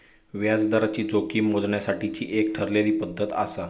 व्याजदराची जोखीम मोजण्यासाठीची एक ठरलेली पद्धत आसा